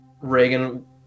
Reagan